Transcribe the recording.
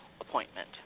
appointment